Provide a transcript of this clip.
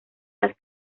las